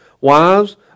Wives